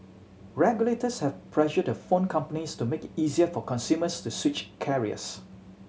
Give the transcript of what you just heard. regulators have pressured the phone companies to make it easier for consumers to switch carriers